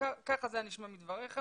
ככה זה היה נשמע מדבריך,